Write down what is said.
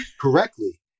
correctly